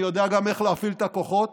אני יודע גם איך להפעיל את הכוחות.